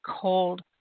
cold